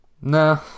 Nah